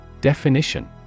Definition